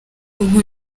ubu